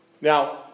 Now